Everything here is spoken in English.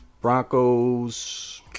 Broncos